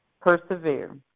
Persevere